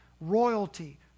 royalty